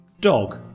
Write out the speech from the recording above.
Dog